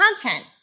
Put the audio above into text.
content